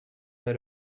are